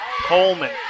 Coleman